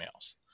emails